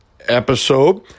episode